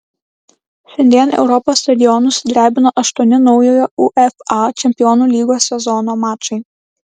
šiandien europos stadionus sudrebino aštuoni naujojo uefa čempionų lygos sezono mačai